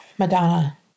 Madonna